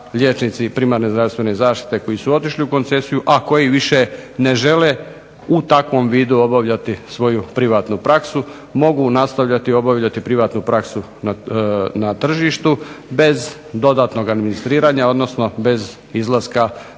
liječnici primarne zdravstvene zaštite koji su otišli u koncesiju, a koji više ne žele u takvom vidu obavljati svoju privatnu praksu mogu nastavljati obavljati privatnu praksu na tržištu bez dodatnog administriranja, odnosno bez izlaska